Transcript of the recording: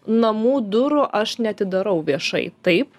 namų durų aš neatidarau viešai taip